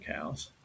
cows